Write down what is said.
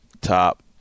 top